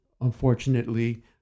Unfortunately